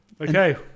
Okay